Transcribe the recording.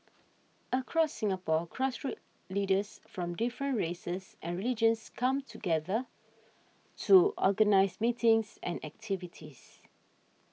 across Singapore grassroots leaders from different races and religions come together to organise meetings and activities